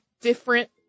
different